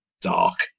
dark